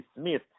Smith